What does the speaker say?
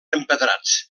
empedrats